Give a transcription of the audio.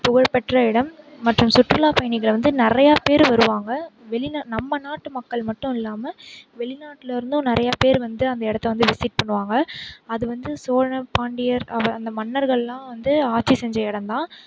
புகழ்பெற்ற இடம் மற்றும் சுற்றுலா பயணிகள்லாம் வந்து நிறையா பேர் வருவாங்க வெளியில் நம்ம நாட்டு மக்கள் மட்டும் இல்லாமல் வெளிநாட்டுலேருந்தும் நிறையா பேர் வந்து அந்த இடத்த வந்து விசிட் பண்ணுவாங்க அது வந்து சோழர் பாண்டியர் அந்த மன்னர்கள்லாம் வந்து ஆட்சி செஞ்ச எடந்தான்